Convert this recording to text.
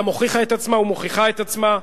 גם הוכיחה את עצמה ומוכיחה את עצמה.